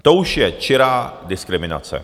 To už je čirá diskriminace!